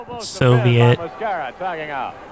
Soviet